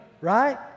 right